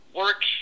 work